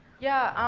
yeah, ah